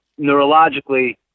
neurologically